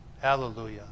Hallelujah